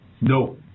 no